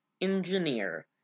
engineer